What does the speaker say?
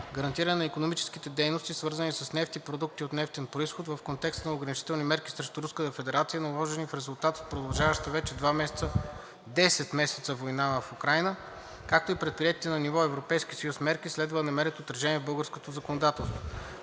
Гарантиране на икономическите дейности, свързани с нефт и продукти от нефтен произход, в контекста на ограничителни мерки срещу Руската федерация, наложени в резултат от продължаващата вече десет месеца война в Украйна, както и предприетите на ниво Европейски съюз мерки, следва да намерят отражение и в българското законодателство.